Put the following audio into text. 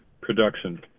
production